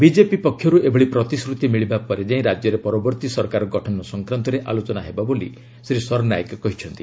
BJP ପକ୍ଷରୁ ଏଭଳି ପ୍ରତିଶ୍ରତି ମିଳବା ପରେ ଯାଇ ରାଜ୍ୟରେ ପରବର୍ତ୍ତୀ ସରକାର ଗଠନ ସଂକ୍ରାନ୍ତରେ ଆଲୋଚନା ହେବ ବୋଲି ଶ୍ରୀ ସରନାୟକ କହିଛନ୍ତି